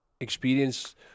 experience